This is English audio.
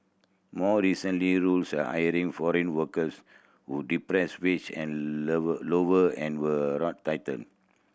more recently rules hiring foreign workers who depress wage and level lower end were tightened